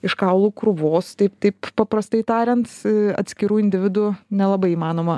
iš kaulų krūvos taip taip paprastai tariant atskirų individų nelabai įmanoma